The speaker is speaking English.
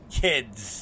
kids